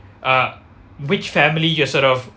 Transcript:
uh which family you're sort of